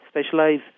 specialize